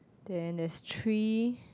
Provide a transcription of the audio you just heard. then there's three